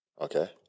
Okay